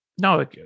No